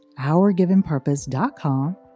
OurGivenPurpose.com